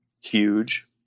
huge